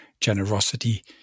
generosity